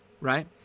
right